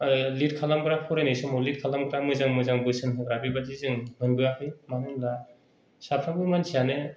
lead खालामग्रा फरायनाय समाव लिड खालामग्रा मोजां मोजां बोसोन होग्रा बेबायदि जों मोनबोआखै मानो होनोब्ला साफ्रोमबो मानसियानो